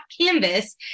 canvas